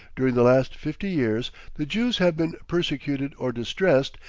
during the last fifty years, the jews have been persecuted or distressed,